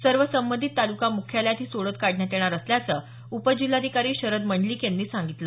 सर्व संबंधित तालुका मुख्यालयात ही सोडत काढण्यात येणार असल्याचं उपजिल्हाधिकारी शरद मंडलिक यांनी सांगितलं